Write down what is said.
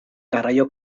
garraio